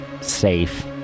safe